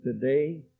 today